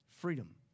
freedom